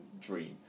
dream